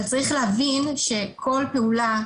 אבל צריך להבין שכל פעולה,